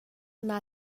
naa